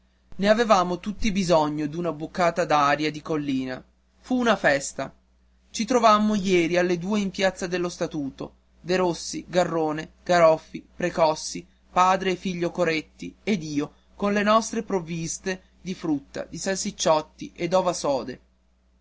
ne avevamo tutti bisogno d'una boccata d'aria di collina fu una festa ci trovammo ieri alle due in piazza dello statuto derossi garrone garoffi precossi padre e figlio coretti ed io con le nostre provviste di frutte di salsicciotti e d'ova sode